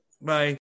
Bye